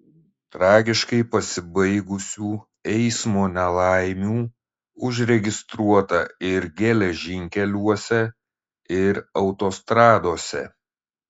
tragiškai pasibaigusių eismo nelaimių užregistruota ir geležinkeliuose ir autostradose